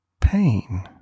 pain